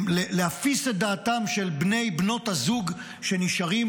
להפיס את דעתם של בני ובנות הזוג שנשארים